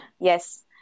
yes